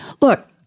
Look